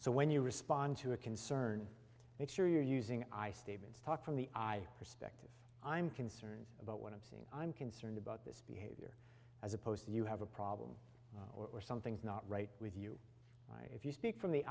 so when you respond to a concern make sure you're using i statements talk from the i respect if i'm concerned about what i'm seeing i'm concerned about this behavior as opposed to you have a problem or something's not right with you if you speak from the